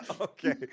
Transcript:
Okay